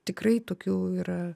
tikrai tokių yra